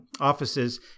offices